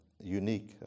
unique